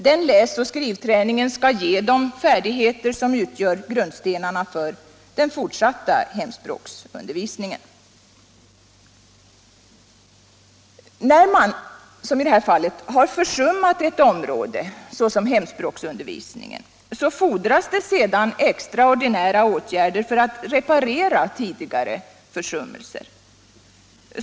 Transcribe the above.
Den läs och skrivträningen skall ge dem färdigheter som utgör grundstenarna för den fortsatta hemspråksundervisningen. 61 När man, som i det här fallet, har försummat ett område som hemspråksundervisningen fordras det sedan extraordinära åtgärder för att reparera de tidigare försummelserna.